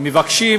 מבקשים